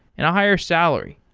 and a higher salary.